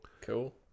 cool